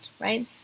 right